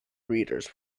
readers